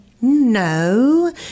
no